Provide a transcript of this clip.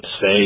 say